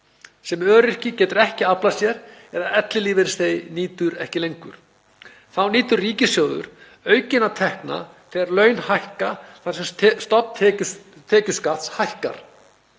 sem öryrki getur ekki aflað sér eða ellilífeyrisþegi nýtur ekki lengur. Þá nýtur ríkissjóður aukinna tekna þegar laun hækka þar sem stofn tekjuskatts hækkar.